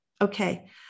Okay